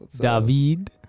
David